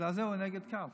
בגלל זה הוא נגד רב-קו.